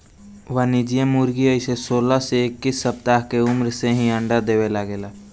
वाणिज्यिक मुर्गी अइसे सोलह से इक्कीस सप्ताह के उम्र से ही अंडा देवे लागे ले